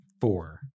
four